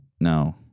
No